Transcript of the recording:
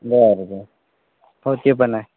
बरं बर हो ते पण आहे